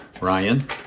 Ryan